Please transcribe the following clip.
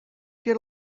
get